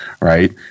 right